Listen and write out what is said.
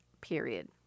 period